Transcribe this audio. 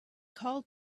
called